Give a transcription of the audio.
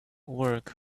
work